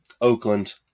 Oakland